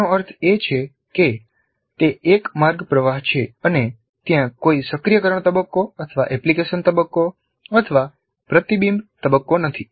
તેનો અર્થ એ છે કે તે એક માર્ગ પ્રવાહ છે અને ત્યાં કોઈ સક્રિયકરણ તબક્કો એપ્લિકેશન તબક્કો પ્રતિબિંબ તબક્કો નથી